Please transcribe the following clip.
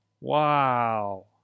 Wow